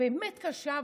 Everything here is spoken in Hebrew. באמת קשה,